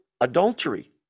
adultery